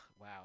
wow